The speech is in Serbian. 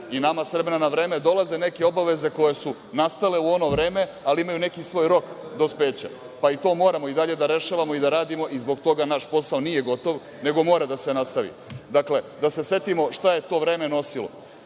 i nama s vremena na vreme dolaze neke obaveze koje su nastale u ono vreme, ali imaju neki svoj rok dospeća. Pa, i to moramo i dalje da rešavamo i da radimo i zbog toga naš posao nije gotov nego mora da se nastavi. Dakle, da se setimo šta je to vreme nosilo.